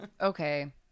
okay